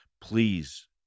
please